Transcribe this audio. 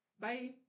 bye